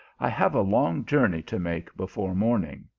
i have a long journey to make before morn ing.